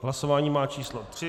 Hlasování má číslo 3.